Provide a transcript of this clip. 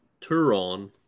Turon